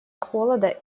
холода